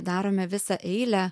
darome visą eilę